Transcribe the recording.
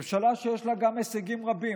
זו ממשלה שיש לה גם הישגים רבים.